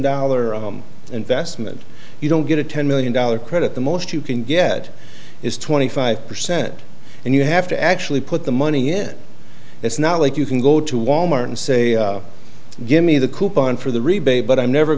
dollar investment you don't get a ten million dollar credit the most you can get is twenty five percent and you have to actually put the money in it's not like you can go to wal mart and say give me the coupon for the rebate but i'm never